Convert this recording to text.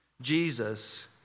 Jesus